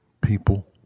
people